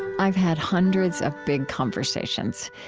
i've had hundreds of big conversations,